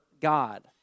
God